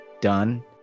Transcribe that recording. done